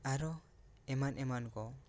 ᱟᱨᱚ ᱮᱢᱟᱱ ᱮᱢᱟᱱ ᱠᱚ